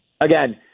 again